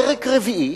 פרק רביעי,